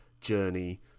journey